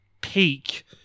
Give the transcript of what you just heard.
peak